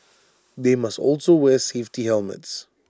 they must also wear safety helmets